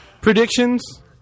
Predictions